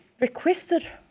requested